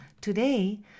Today